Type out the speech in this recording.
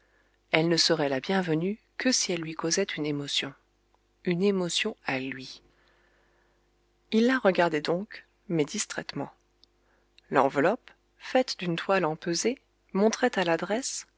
elle ne serait la bienvenue que si elle lui causait une émotion une émotion à lui il la regardait donc mais distraitement l'enveloppe faite d'une toile empesée montrait à l'adresse